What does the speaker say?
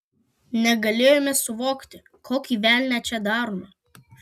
negalėjome suvokti kokį velnią čia darome